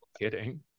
Kidding